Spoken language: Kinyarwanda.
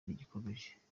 rigikomeje